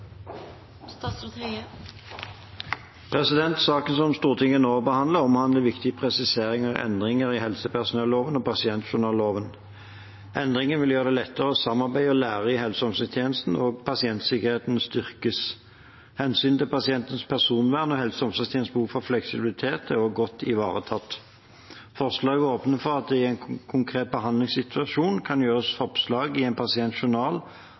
Saken som Stortinget nå behandler, omhandler viktige presiseringer og endringer i helsepersonelloven og pasientjournalloven. Endringene vil gjøre det lettere å samarbeide og lære i helse- og omsorgstjenesten, og pasientsikkerheten styrkes. Hensynet til pasientens personvern og helse- og omsorgstjenestens behov for fleksibilitet er også godt ivaretatt. Forslaget åpner for at det i en konkret behandlingssituasjon kan gjøres oppslag i en